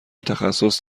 تخصص